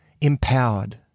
empowered